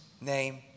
name